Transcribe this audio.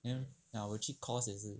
then ah 我有去 course 也是